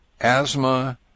asthma